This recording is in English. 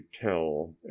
tell